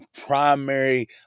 primary